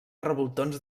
revoltons